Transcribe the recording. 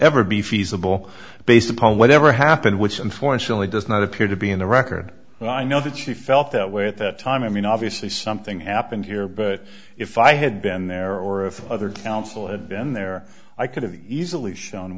ever be feasible based upon whatever happened which unfortunately does not appear to be in the record and i know that she felt that way at that time i mean obviously something happened here but if i had been there or if other council had been there i could have easily shown